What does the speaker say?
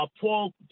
Paul